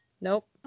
Nope